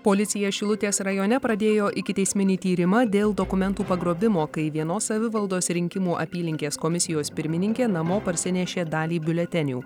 policija šilutės rajone pradėjo ikiteisminį tyrimą dėl dokumentų pagrobimo kai vienos savivaldos rinkimų apylinkės komisijos pirmininkė namo parsinešė dalį biuletenių